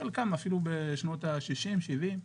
חלקם אפילו בשנות השישים-שבעים.